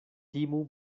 timu